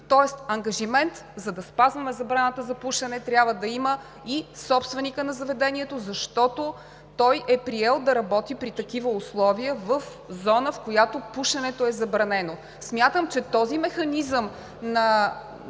Тоест ангажимент, за да спазваме забраната за пушене, трябва да има и собственикът на заведението, защото той е приел да работи при такива условия в зона, в която пушенето е забранено. Смятам, че този механизъм на